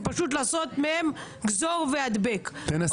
תודה.